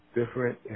different